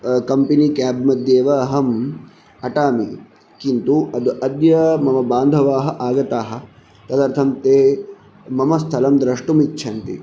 company cab मद्येव अहं अटामि किन्तु अद् अद्य मम बान्धवाः आगताः तदर्थं ते मम स्थलं द्रष्टुम् इच्छन्ति